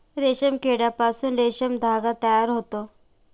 रेशीम किड्यापासून रेशीम धागा तयार होतो